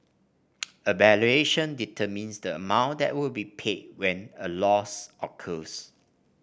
a valuation determines the amount that will be paid when a loss occurs